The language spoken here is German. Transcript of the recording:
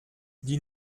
die